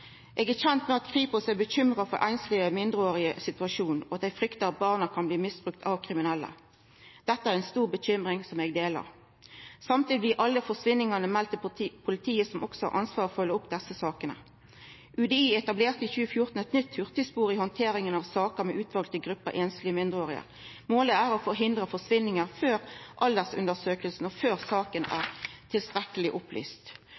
Eg er kjend med at Kripos er bekymra for situasjonen til einslege mindreårige, og at dei fryktar at barna kan bli misbrukte av kriminelle. Dette er ei stor uro som eg deler. Samtidig blir alle forsvinningane melde til politiet, som også har ansvar for å følgja opp desse sakene. UDI etablerte i 2014 eit nytt hurtigspor i handteringa av saker med utvalde grupper einslege mindreårige. Målet er å forhindra forsvinningar før aldersundersøkinga og før saka er tilstrekkeleg opplyst,